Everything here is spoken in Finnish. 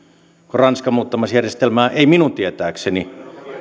ranska muuttamassa järjestelmää ei minun tietääkseni